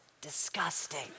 disgusting